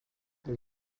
elle